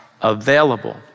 available